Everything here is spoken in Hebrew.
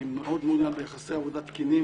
ואני מאוד מעוניין ביחסי עבודה תקינים